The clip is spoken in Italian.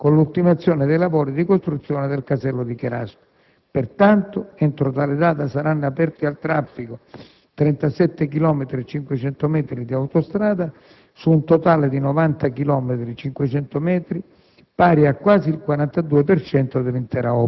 (Cherasco-Marene) in concomitanza con l'ultimazione dei lavori di costruzione del casello di Cherasco. Pertanto, entro tale data saranno aperti al traffico 37,5 chilometri di autostrada su un totale di 90,5 chilometri,